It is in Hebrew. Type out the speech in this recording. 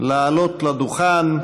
לעלות לדוכן.